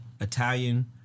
Italian